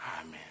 Amen